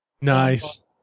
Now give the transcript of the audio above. Nice